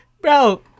Bro